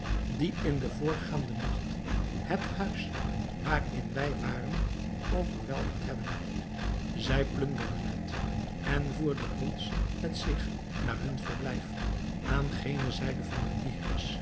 die in den voorgaanden nacht het huis waarin wij waren overweldigd hebben zij plunderden het en voerden ons met zich naar hun verblijf aan gene zijde van den